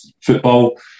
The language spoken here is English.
football